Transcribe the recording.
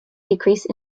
decrease